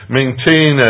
maintain